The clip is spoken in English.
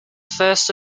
first